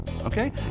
okay